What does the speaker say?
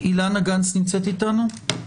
אילנה גנס נמצאת איתנו?